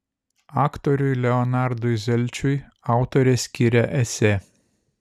aktoriui leonardui zelčiui autorė skiria esė